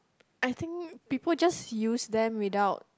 I think people just use them without